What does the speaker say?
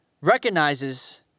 recognizes